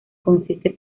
consiste